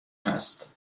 هست